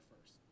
first